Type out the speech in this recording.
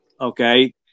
okay